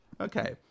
Okay